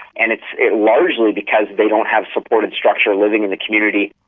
and it's largely because they don't have supported structure living in the community.